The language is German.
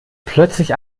plötzlich